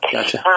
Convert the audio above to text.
Gotcha